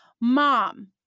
Mom